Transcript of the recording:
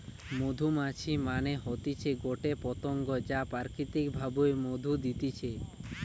মধুমাছি মানে হতিছে গটে পতঙ্গ যা প্রাকৃতিক ভাবে মধু দিতেছে